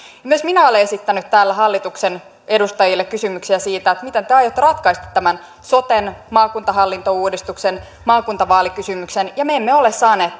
myös minä olen esittänyt täällä hallituksen edustajille kysymyksiä siitä miten te aiotte ratkaista tämän soten maakuntahallintouudistuksen maakuntavaalikysymyksen ja me emme ole saaneet